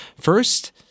First